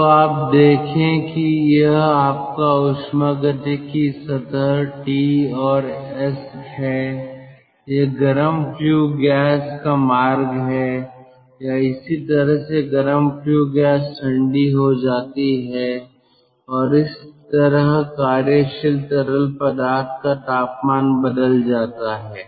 तो आप देखें कि यह आपका ऊष्मागतिकी सतह T और s है यह गरम फ्ल्यू गैस का मार्ग है या इस तरह से गरम फ्ल्यू गैस ठंडी हो जाती है और इस तरह कार्यशील तरल पदार्थ का तापमान बदल जाता है